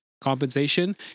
compensation